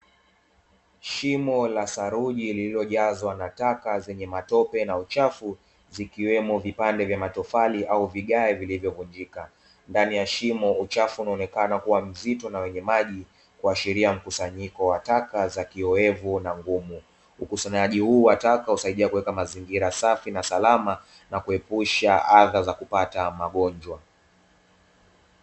Shimo la saruji lililojazwa na taka zenye matope na uchafu zikiwemo vipande vya matofali au vigae vilivyovunjika. Ndani ya shimo uchafu unaonekana kuwa mzito na wenye maji, kuashiria mkusanyiko wa taka za kiowevu na ngumu. Ukusanyaji huu wataka usaidie kuweka mazingira safi na salama, na kuepusha adha za kupata magonjwa.